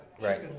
Right